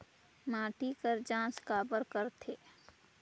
माटी कर जांच काबर करथे?